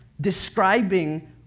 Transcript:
describing